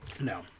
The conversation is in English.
No